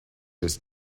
his